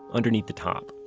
underneath the top.